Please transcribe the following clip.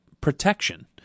protection